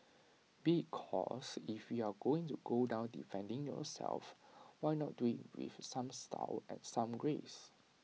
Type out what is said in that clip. because if you are going to go down defending yourself why not do IT with some style and some grace